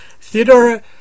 Theodore